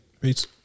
Peace